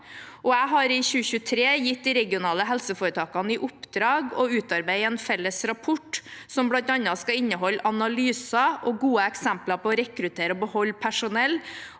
Jeg har i 2023 gitt de regionale helseforetakene i oppdrag å utarbeide en felles rapport som bl.a. skal inneholde analyser og gode eksempler på å rekruttere og beholde personell,